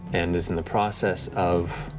and is in the process of